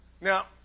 Now